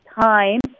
time